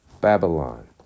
Babylon